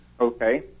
okay